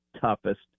toughest